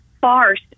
farce